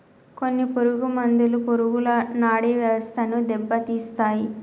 కొన్ని పురుగు మందులు పురుగుల నాడీ వ్యవస్థను దెబ్బతీస్తాయి